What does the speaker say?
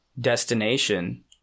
destination